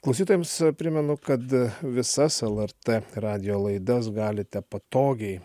klausytojams a primenu kad visas el er t radijo laidas galite patogiai